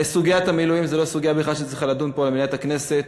סוגיית המילואים היא לא סוגיה שצריכה להידון פה במליאת הכנסת